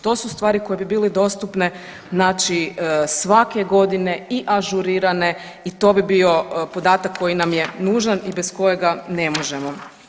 To su stvari koje bi bile dostupne znači svake godine i ažurirane i to bi bio podatak koji nam je nužan i bez kojega ne možemo.